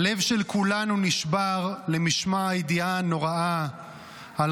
הלב של כולנו נשבר למשמע הידיעה הנוראה על